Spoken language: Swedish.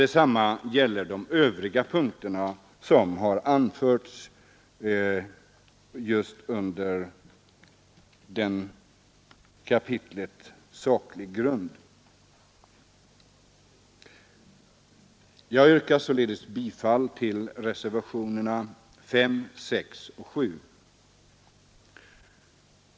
Detsamma gäller de övriga punkter som anförts under begreppet ”saklig grund”. Jag yrkar således bifall till reservationerna 5, 6 och 7.